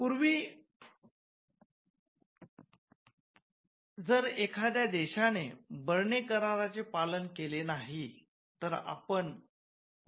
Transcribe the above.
पूर्वी जर एखाद्या देशाने बर्ने करार चे पालन केले नाही तर आपण वाद निर्माण करू शकत नव्हतो